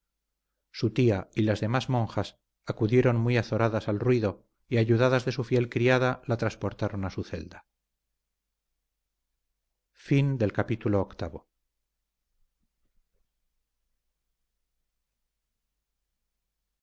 su tía y las demás monjas acudieron muy azoradas al ruido y ayudadas de su fiel criada la transportaron a su celda